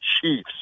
Chiefs